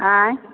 आँए